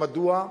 מדוע?